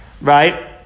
right